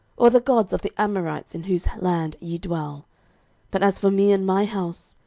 or the gods of the amorites, in whose land ye dwell but as for me and my house,